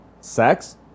sex